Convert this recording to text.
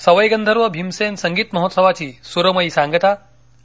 सवाई गंधर्व भीमसेन संगीत महोत्सवाची सूरमयी सांगता आणि